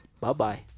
Bye-bye